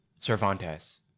Cervantes